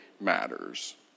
matters